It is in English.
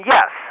Yes